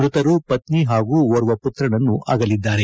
ಮೃತರು ಪತ್ನಿ ಪಾಗೂ ಓರ್ವ ಮತ್ತನನ್ನು ಅಗಲಿದ್ದಾರೆ